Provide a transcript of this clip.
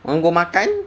want go makan